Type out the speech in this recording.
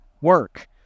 work